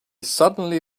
suddenly